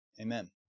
Amen